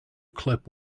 clip